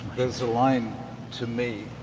there's a line to me